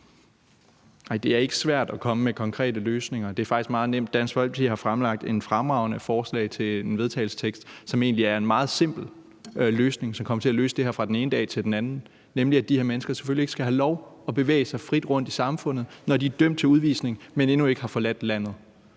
Nej, det er ikke svært at komme med konkrete løsninger. Det er faktisk meget nemt. Dansk Folkeparti har fremlagt et fremragende forslag til vedtagelse, som egentlig handler om en meget simpel løsning, og som kunne løse det her fra den ene dag til den anden, nemlig ved at sige, at de her mennesker selvfølgelig ikke skal have lov til at bevæge sig frit rundt i samfundet, når de er dømt til udvisning, men endnu ikke har forladt landet.